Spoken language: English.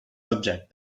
subject